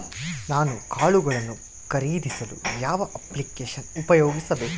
ನಾನು ಕಾಳುಗಳನ್ನು ಖರೇದಿಸಲು ಯಾವ ಅಪ್ಲಿಕೇಶನ್ ಉಪಯೋಗಿಸಬೇಕು?